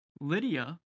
Lydia